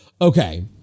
okay